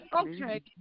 Okay